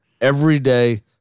everyday